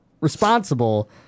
responsible